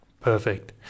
Perfect